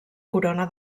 corona